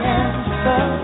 answer